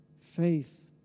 faith